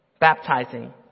baptizing